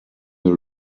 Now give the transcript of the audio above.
they